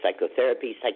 psychotherapy